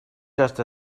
just